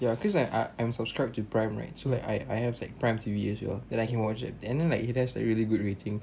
ya cause I I I'm subscribed to prime right so like I I have like prime T_V as well then I can watch it and then like he does a really good rating